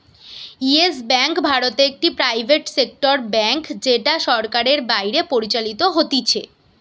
yes Bank ভারতে একটি private sector bank যেটা সরকারের বাইরে পরিচালিত হতিছে